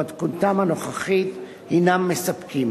במתכונתם הנוכחית, הינם מספקים.